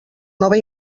nova